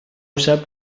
sap